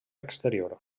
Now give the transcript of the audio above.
exterior